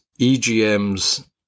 EGMs